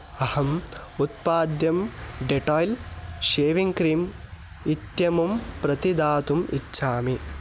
अहम् उत्पाद्यं Dettol shaving cream इत्यमुं प्रतिदातुम् इच्छामि